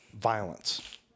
violence